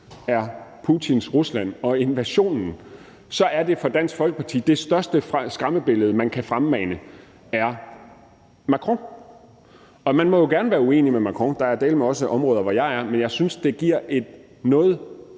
er Putins Rusland og invasionen af Ukraine, er det største skræmmebillede, som Dansk Folkeparti kan fremmane, Macron. Man må jo gerne være uenig med Macron. Der er dæleme også områder, hvor jeg er uenig med ham. Men jeg synes, det giver et noget